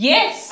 Yes